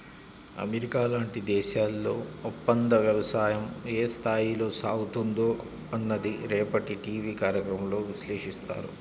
America లాంటి దేశాల్లో ఒప్పందవ్యవసాయం ఏ స్థాయిలో సాగుతుందో అన్నది రేపటి టీవీ కార్యక్రమంలో విశ్లేషిస్తారు